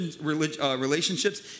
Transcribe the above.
relationships